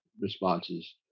responses